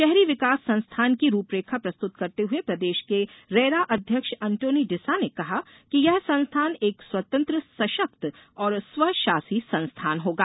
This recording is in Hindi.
शहरी विकास संस्थान की रूपरेखा प्रस्तुत करते हुए प्रदेश के रेरा अध्यक्ष अंटोनी डिसा ने कहा कि यह संस्थान एक स्वतंत्र सशक्त और स्वशासी संस्थान होगा